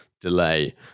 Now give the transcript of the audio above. delay